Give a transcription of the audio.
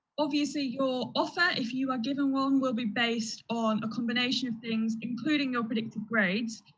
obviously your offer, if you are given one, will be based on a combination of things, including your predicted grades.